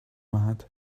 mad